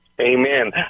Amen